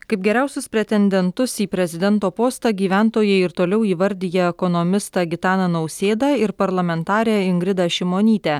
kaip geriausius pretendentus į prezidento postą gyventojai ir toliau įvardija ekonomistą gitaną nausėdą ir parlamentarę ingridą šimonytę